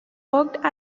worked